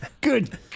Good